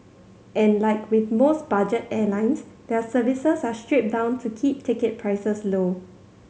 and like with most budget airlines their services are stripped down to keep ticket prices low